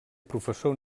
professor